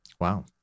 Wow